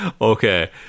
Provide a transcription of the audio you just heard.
Okay